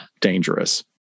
dangerous